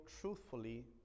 truthfully